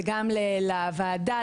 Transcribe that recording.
לוועדה,